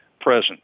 present